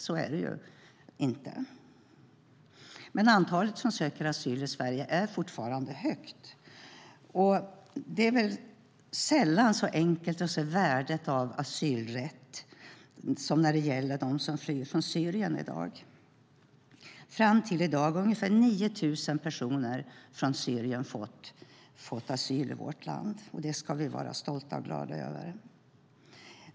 Så är det inte. Antalet som söker asyl i Sverige är dock fortfarande högt. Det är väl sällan så enkelt att se värdet av asylrätten som när det gäller dem som flyr från Syrien i dag. Fram till i dag har ungefär 9 000 personer från Syrien fått asyl i vårt land, och det ska vi vara stolta och glada över.